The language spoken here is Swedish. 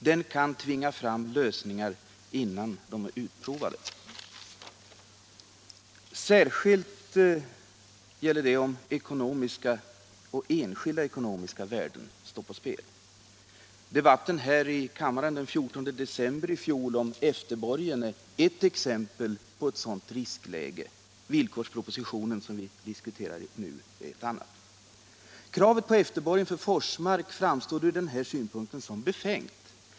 Den kan tvinga fram lösningar innan de är utprovade. Det gäller särskilt om enskilda ekonomiska värden står på spel. Debatten här i kammaren den 14 december i fjol om efterborgen är ett exempel på ett sådant riskläge. Villkorspropositionen som vi diskuterar nu är ett annat. Kravet på efterborgen för Forsmark framstod från den här synpunkten som befängt.